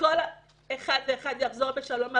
שכל אחד ואחד יחזור בשלום הביתה.